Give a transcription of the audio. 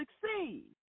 succeed